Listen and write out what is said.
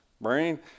Brain